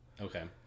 Okay